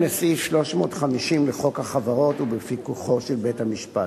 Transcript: בהתאם לסעיף 350 לחוק החברות ובפיקוחו של בית-המשפט.